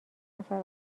نفر